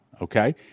okay